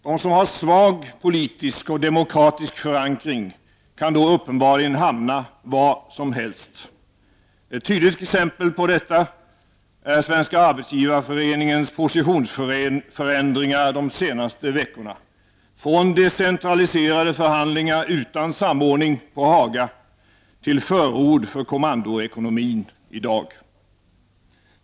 De som har svag politisk och demokratisk förankring kan då uppenbarligen hamna var som helst. Ett tydligt exempel på detta är Svenska arbetsgivareföreningens positionsförändringar de senaste veckorna, från decentraliserade förhandlingar utan samordning på Haga till förord för kommandoekonomin i dag.